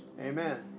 Amen